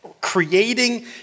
creating